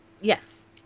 Yes